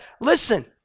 listen